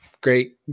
Great